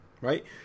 Right